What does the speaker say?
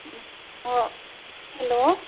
অ' hello